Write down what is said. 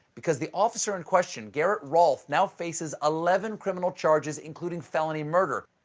because the officer in question, garrett rolfe, now faces eleven criminal charges, including felony murder.